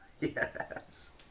Yes